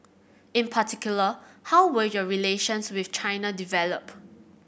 in particular how will your relations with China develop